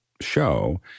show